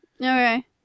Okay